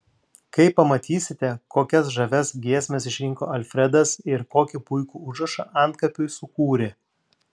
kai pamatysite kokias žavias giesmes išrinko alfredas ir kokį puikų užrašą antkapiui sukūrė